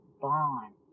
bond